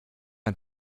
ein